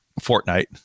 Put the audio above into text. Fortnite